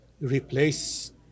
replace